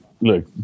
look